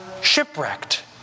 shipwrecked